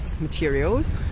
materials